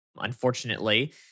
unfortunately